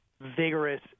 vigorous